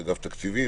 מאגף תקציבים,